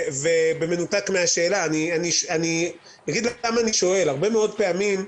אני שואל את זה כי הרבה פעמים,